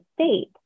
state